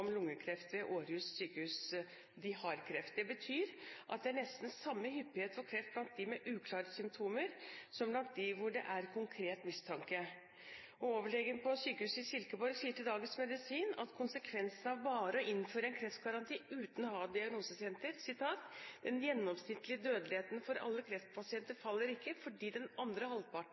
om lungekreft ved Århus sykehus, som har kreft. Det betyr at det er nesten samme hyppighet for kreft blant dem med uklare symptomer, som blant dem hvor det er konkret mistanke. Overlegen på sykehuset i Silkeborg sier til Dagens Medicin om konsekvensen av bare å innføre en kreftgaranti uten å ha diagnosesenter: «Men den gennemsnitlige dødelighed for alle kræftpatienter falder ikke, fordi den